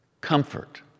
Comfort